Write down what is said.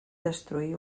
destruir